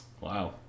Wow